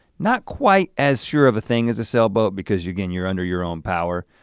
not quite as sure of a thing as a sailboat because again, you're under your own power.